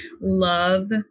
love